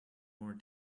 more